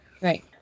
Right